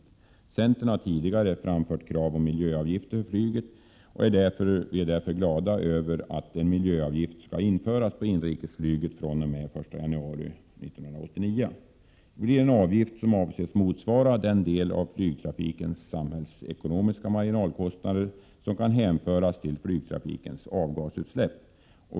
Centern har 4 maj 1988 tidigare framfört krav på miljöavgifter för flyget, och vi är därför glada över Luftfart att en miljöavgift skall införas på inrikesflyget den 1 januari 1989. Det blir en avgift som avses motsvara den del av flygtrafikens samhällsekonomiska marginalkostnader som kan hänföras till flygtrafikens avgasutsläpp.